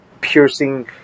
piercing